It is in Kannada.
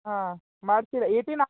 ಹಾಂ ಮಾಡಿಸಿಲ್ಲ ಏಯ್ಟೀನಾ